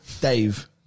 Dave